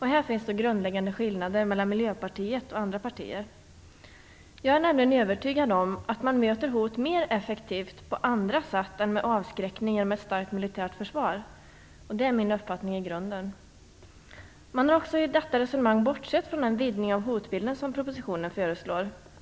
Här finns grundläggande skillnader mellan Jag är nämligen övertygad om att man möter hot mer effektivt på andra sätt än genom avskräckning genom ett starkt militärt försvar. Det är min uppfattning i grunden. Man har också i detta resonemang bortsett från den vidgning av hotbilden som propositionen förslår.